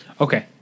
Okay